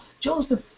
Joseph